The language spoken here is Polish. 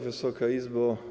Wysoka Izbo!